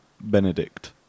Benedict